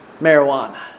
marijuana